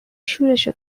شورشو